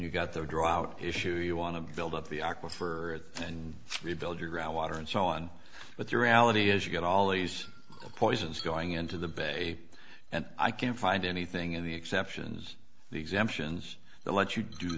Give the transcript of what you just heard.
you've got the drought issues you want to build up the aquifer and rebuild your ground water and so on but the reality is you get all these poisons going into the bay and i can't find anything in the exceptions the exemptions to let you do